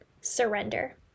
surrender